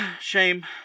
shame